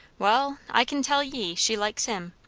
wall, i kin tell ye, she likes him.